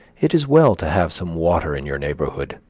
it is well to have some water in your neighborhood,